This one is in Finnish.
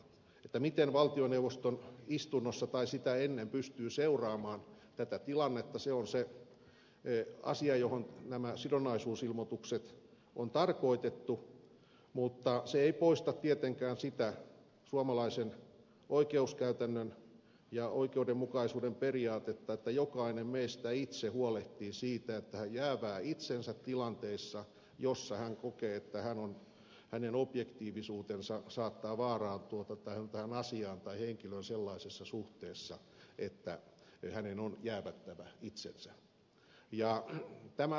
se miten valtioneuvoston istunnossa tai sitä ennen pystyy seuraamaan tätä tilannetta on se asia johon nämä sidonnaisuusilmoitukset on tarkoitettu mutta se ei poista tietenkään sitä suomalaisen oikeuskäytännön ja oikeudenmukaisuuden periaatetta että jokainen meistä itse huolehtii siitä että hän jäävää itsensä tilanteessa jossa hän kokee että hänen objektiivisuutensa saattaa vaarantua tai hän on asiaan tai henkilöön sellaisessa suhteessa että hänen on jäävättävä itsensä